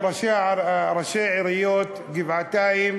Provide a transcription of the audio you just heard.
בראשי עיריות גבעתיים,